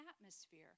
atmosphere